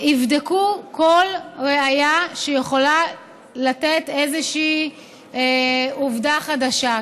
יבדקו כל ראיה שיכולה לתת איזושהי עובדה חדשה.